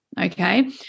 Okay